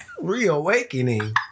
reawakening